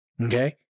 Okay